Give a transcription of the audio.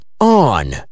on